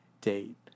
date